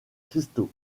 cristaux